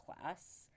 class